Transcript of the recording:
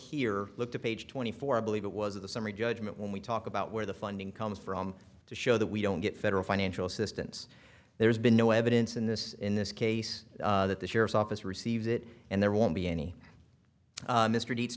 here look to page twenty four i believe it was the summary judgment when we talk about where the funding comes from to show that we don't get federal financial assistance there's been no evidence in this in this case that the sheriff's office receives it and there won't be any mr deeds